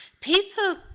people